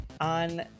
on